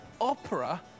opera